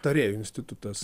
tarėjų institutas